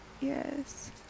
Yes